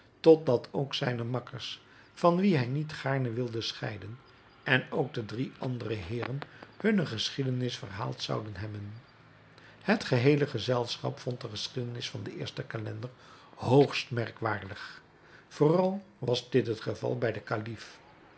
dat ook zijne makkers van wie hij niet gaarne wilde scheiden en ook de drie andere heeren hunne geschiedenis verhaald zouden hebben het geheele gezelschap vond de geschiedenis van den eersten calender hoogst merkwaardig vooral was dit het geval bij den kalif